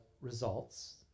results